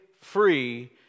free